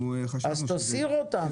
אז תסיר את ההסתייגויות.